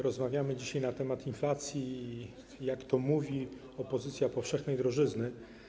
Rozmawiamy dzisiaj na temat inflacji i, jak to mówi opozycja, powszechnej drożyzny.